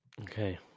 Okay